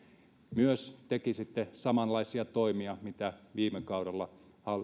myös tekisitte samanlaisia toimia mitä viime kaudella